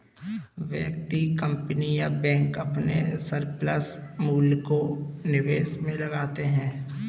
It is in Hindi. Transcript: व्यक्ति, कंपनी या बैंक अपने सरप्लस मूल्य को निवेश में लगाते हैं